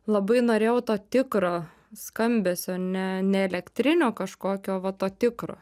labai norėjau to tikro skambesio ne ne elektrinio kažkokio va to tikro